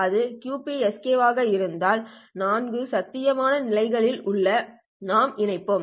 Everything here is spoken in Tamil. அது QPSK வாக இருந்தால் நான்கு சாத்தியமான நிலைகளிலிருந்து நாம் இணைப்போம்